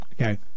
Okay